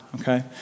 okay